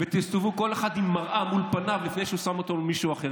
ותסתובבו כל אחד עם מראה מול פניו לפני שהוא שם אותה מול מישהו אחר.